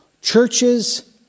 Churches